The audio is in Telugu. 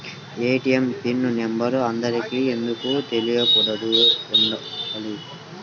ఏ.టీ.ఎం పిన్ నెంబర్ అందరికి ఎందుకు తెలియకుండా ఉండాలి?